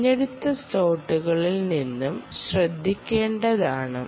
തിരഞ്ഞെടുത്ത സ്ലോട്ടുകൾ നിങ്ങൾ ശ്രദ്ധിക്കേണ്ടതാണ്